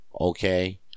Okay